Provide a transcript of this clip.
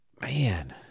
Man